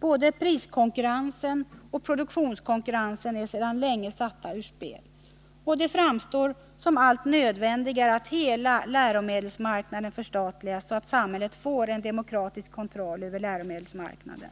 Både priskonkurrensen och produktionskonkurrensen är sedan länge satta ur spel. Det framstår som allt nödvändigare att hela läromedelsmarknaden förstatligas, så att samhället får en demokratisk kontroll över läromedelsmarknaden.